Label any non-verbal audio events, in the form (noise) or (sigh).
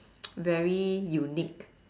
(noise) very unique